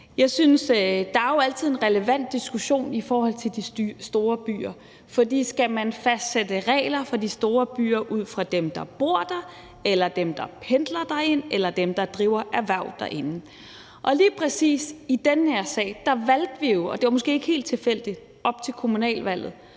byer. Der er jo altid en relevant diskussion i forhold til de store byer, for skal man fastsætte regler for de store byer ud fra dem, der bor der, eller dem, der pendler til byerne, eller dem, der driver erhverv i byerne? Og lige præcis i den her sag valgte vi jo – og det var måske ikke helt tilfældigt op til kommunalvalget